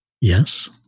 Yes